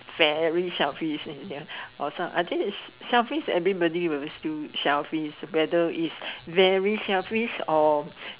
very selfish and the or I think selfish everybody will still selfish whether is very selfish or